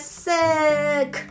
sick